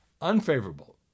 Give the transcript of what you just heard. unfavorable